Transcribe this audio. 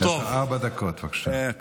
ארבע דקות, בבקשה.